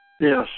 Yes